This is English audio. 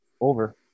Over